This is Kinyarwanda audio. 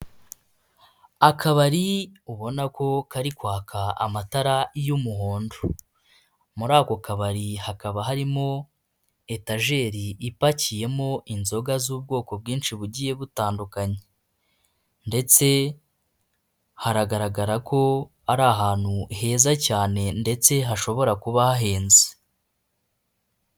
Akabari ubona ko kari kwaka amatara y'umuhondo, muri ako kabari hakaba harimo etajeri ipakiyemo inzoga z'ubwoko bwinshi bugiye butandukanye, ndetse haragaragara ko ari ahantu heza cyane ndetse hashobora kuba hahenze.